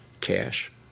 cash